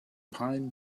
pine